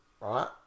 right